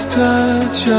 touch